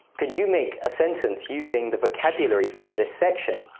could you make a sentence using the vocabulary from this section?